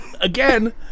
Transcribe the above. Again